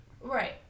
Right